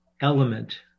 element